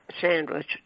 sandwich